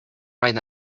right